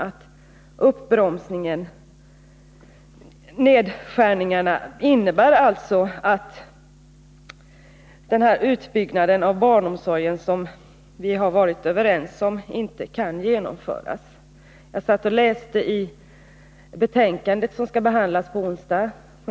Nedskärningarna i den offentliga sektorn innebär alltså att den utbyggnad av barnomsorgen som vi har varit överens om inte kan genomföras. Medan jag väntade på den här debatten läste jag det betänkande som skall behandlas på onsdag.